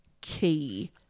key